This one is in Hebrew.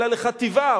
אלא לחטיבה,